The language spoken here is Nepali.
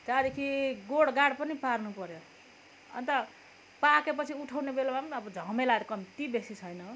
त्यहाँदेखि गोडगाड पनि पार्नु पऱ्यो अन्त पाकेपछि उठाउने बेलामा पनि अब झमेला कम्ती बेसी छैन हौ